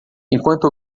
enquanto